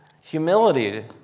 humility